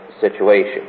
situation